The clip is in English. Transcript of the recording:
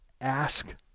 Ask